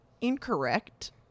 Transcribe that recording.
Incorrect